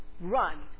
Run